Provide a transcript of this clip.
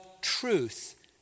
truth